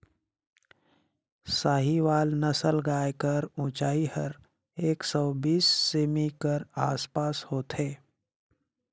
साहीवाल नसल गाय कर ऊंचाई हर एक सौ बीस सेमी कर आस पास होथे